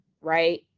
right